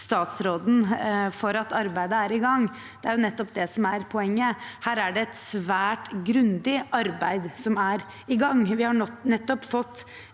for at arbeidet er i gang. Det er nettopp det som er poenget: Her er det et svært grundig arbeid som er i gang. Vi har nettopp fått